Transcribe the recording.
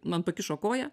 man pakišo koją